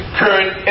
current